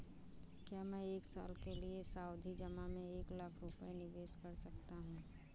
क्या मैं एक साल के लिए सावधि जमा में एक लाख रुपये निवेश कर सकता हूँ?